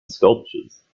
sculptures